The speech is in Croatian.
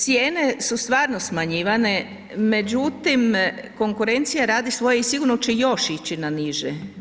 Cijene su stvarno smanjivane, međutim, konkurencija radi svoje i sigurno će još ići na niže.